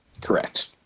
Correct